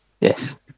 Yes